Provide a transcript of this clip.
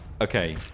Okay